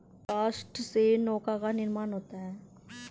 काष्ठ से नौका का निर्माण होता है